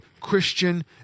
Christian